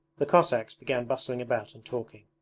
the cossacks began bustling about and talking.